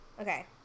Okay